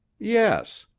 yes.